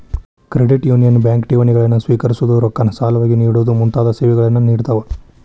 credit union bank ಠೇವಣಿಗಳನ್ನ ಸ್ವೇಕರಿಸೊದು, ರೊಕ್ಕಾನ ಸಾಲವಾಗಿ ನೇಡೊದು ಮುಂತಾದ ಸೇವೆಗಳನ್ನ ನೇಡ್ತಾವ